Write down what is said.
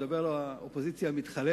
אני מדבר על האופוזיציה המתחלפת,